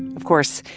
of course,